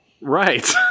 Right